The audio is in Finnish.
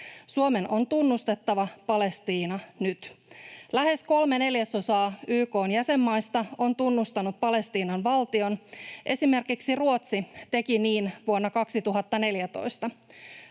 Suomen on tunnustettava Palestiina nyt. Lähes kolme neljäsosaa YK:n jäsenmaista on tunnustanut Palestiinan valtion, esimerkiksi Ruotsi teki niin vuonna 2014.